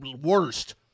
worst